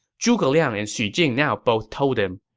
zhuge liang and xu jing now both told him,